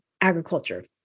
agriculture